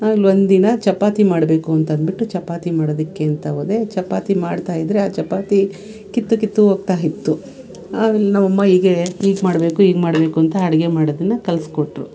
ಆಮೇಲೆ ಒಂದಿನ ಚಪಾತಿ ಮಾಡಬೇಕು ಅಂತಂದುಬಿಟ್ಟು ಚಪಾತಿ ಮಾಡೋದಕ್ಕೆ ಅಂತ ಹೋದೆ ಚಪಾತಿ ಮಾಡ್ತಾಯಿದ್ರೆ ಆ ಚಪಾತಿ ಕಿತ್ತು ಕಿತ್ತು ಹೋಗ್ತಾಯಿತ್ತು ಆಮೇಲೆ ನಮ್ಮಅಮ್ಮ ಹೀಗೆ ಹೀಗ್ ಮಾಡಬೇಕು ಹೀಗ್ ಮಾಡಬೇಕು ಅಂತ ಅಡ್ಗೆ ಮಾಡೋದನ್ನ ಕಲಿಸ್ಕೊಟ್ರು